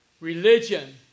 Religion